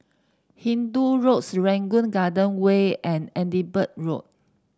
Hindoo Road Serangoon Garden Way and Edinburgh Road